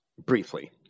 briefly